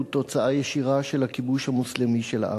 תוצאה ישירה של הכיבוש המוסלמי של הארץ.